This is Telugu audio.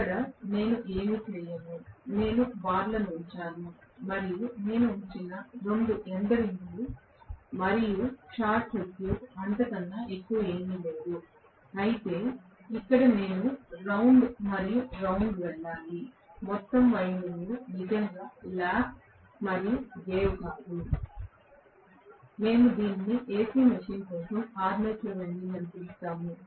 ఇక్కడ నేను ఏమీ చేయను నేను బార్లను ఉంచాను మరియు నేను ఉంచిన 2 ఎండ్ రింగులు మరియు షార్ట్ సర్క్యూట్ అంతకన్నా ఎక్కువ ఏమీ లేదు అయితే ఇక్కడ నేను రౌండ్ మరియు రౌండ్ వెళ్ళాలి మొత్తం వైండింగ్ను నిజంగా ల్యాప్ మరియు వేవ్ కాదు మేము దీనిని AC మెషీన్ కోసం ఆర్మేచర్ వైండింగ్ అని పిలుస్తాము